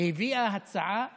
והביאה הצעה קבועה.